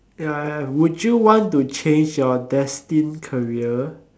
ya ya would you want to change your destined career